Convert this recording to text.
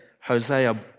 Hosea